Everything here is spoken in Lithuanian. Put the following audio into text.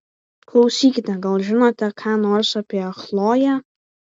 klausykite gal žinote ką nors apie chloję